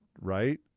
right